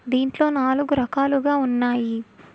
దీంట్లో నాలుగు రకాలుగా ఉన్నాయి